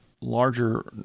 larger